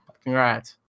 congrats